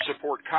support